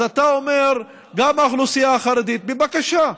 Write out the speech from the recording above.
אז אתה אומר, גם האוכלוסייה החרדית, בבקשה,